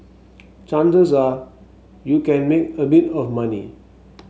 chances are you can make a bit of money